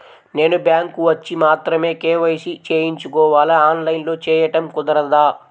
నేను బ్యాంక్ వచ్చి మాత్రమే కే.వై.సి చేయించుకోవాలా? ఆన్లైన్లో చేయటం కుదరదా?